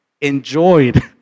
enjoyed